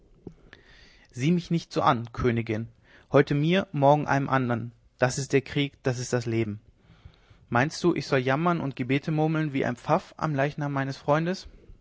sieh mich nicht so an königin heute mir morgen einem andern das ist der krieg das ist das leben meinst du ich soll jammern und gebete murmeln wie ein pfaff am leichnam des freundes